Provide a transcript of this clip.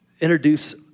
introduce